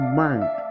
mind